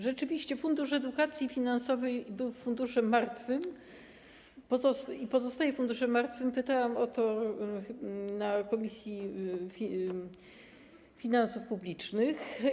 Rzeczywiście Fundusz Edukacji Finansowej był funduszem martwym i pozostaje funduszem martwym - pytałam o to na posiedzeniu Komisji Finansów Publicznych.